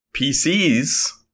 PCs